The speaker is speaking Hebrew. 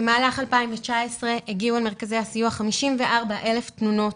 במהלך 2019 הגיעו למרכזי הסיוע 54,000 תלונות,